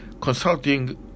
consulting